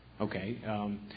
okay